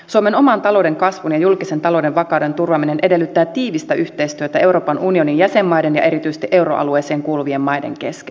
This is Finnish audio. suomen oman talouden kasvun ja julkisen talouden vakauden turvaaminen edellyttää tiivistä yhteistyötä euroopan unionin jäsenmaiden ja erityisesti euroalueeseen kuuluvien maiden kesken